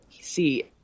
see